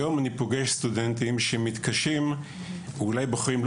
היום אני פוגש סטודנטים שמתקשים ובוחרים שלא